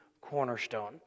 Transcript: cornerstone